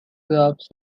crops